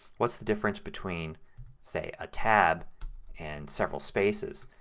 what is the difference between say a tab and several spaces.